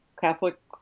Catholic